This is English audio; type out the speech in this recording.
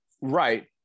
right